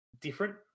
different